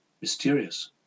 mysterious